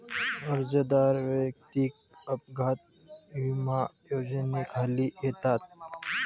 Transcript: कर्जदार वैयक्तिक अपघात विमा योजनेखाली येतात